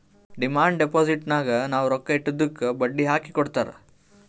demand ಡಿಪೋಸಿಟ್ನಾಗ್ ನಾವ್ ರೊಕ್ಕಾ ಇಟ್ಟಿದ್ದುಕ್ ಬಡ್ಡಿ ಹಾಕಿ ಕೊಡ್ತಾರ್